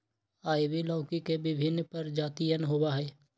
ivy लौकी के विभिन्न प्रजातियन होबा हई